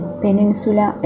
peninsula